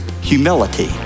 humility